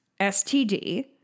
STD